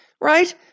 right